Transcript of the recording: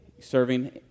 serving